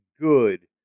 good